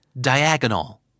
diagonal